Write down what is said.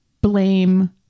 blame